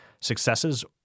successes